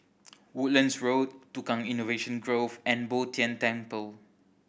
Woodlands Road Tukang Innovation Grove and Bo Tien Temple